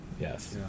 Yes